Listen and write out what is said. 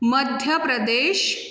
Madhya Pradesh